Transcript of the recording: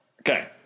Okay